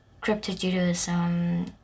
crypto-Judaism